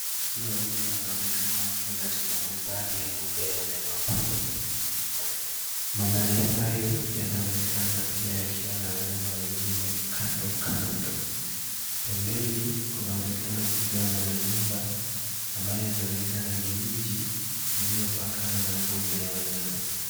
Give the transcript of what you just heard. Twiga wawili wanaonekana wakiwa katika mandhari ya mbuga ya wanyama pori. Mandhari hayo yanaonekana pia yakiwa na wanyama wengine kando kando. Pembeni kunaonekana kukiwa na majumba ambayo yanaonekana ni mji uliopakana na mbuga ya wanyama.